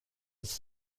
this